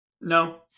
No